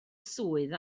swydd